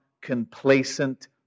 complacent